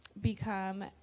become